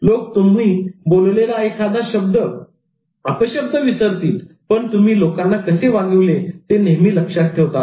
लोक तुम्ही बोललेला एखादा अपशब्द विसरतील पण तुम्ही लोकांना कसे वागविले ते नेहमी लक्षात ठेवतात